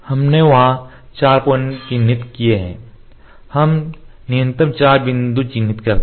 हमने वहां 4 पॉइंट चिह्नित किए हैं हम न्यूनतम 4 बिंदु चिह्नित करते हैं